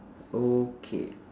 okay